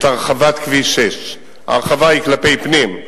את הרחבת כביש 6. ההרחבה היא כלפי פנים,